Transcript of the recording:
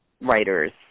writers